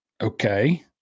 Okay